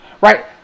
Right